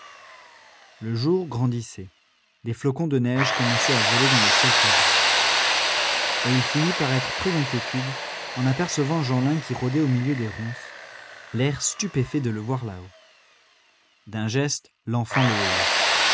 le jour grandissait des flocons de neige commençaient à voler dans le ciel terreux et il finit par être pris d'inquiétude en apercevant jeanlin qui rôdait au milieu des ronces l'air stupéfait de le voir là-haut d'un geste l'enfant le